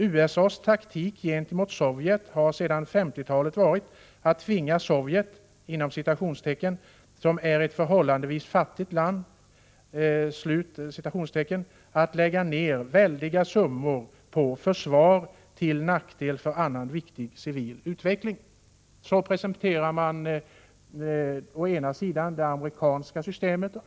USAs taktik gentemot Sovjet har sedan 50-talet varit att tvinga Sovjet att lägga ner väldiga summor på försvaret — till nackdel för annan viktig civil utveckling.” Så presenteras alltså det amerikanska systemet.